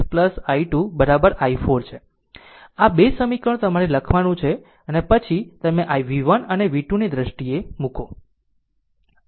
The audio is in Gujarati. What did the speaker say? આમ તે ix i2 i4 છે આ 2 સમીકરણો તમારે લખવાનું છે તે પછી તમે v 1 અને v 2 ની દ્રષ્ટિએ મૂકો